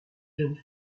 jeune